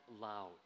loud